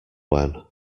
when